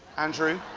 andrew